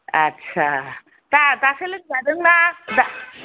आस्सा दा दासो लोमजादों ना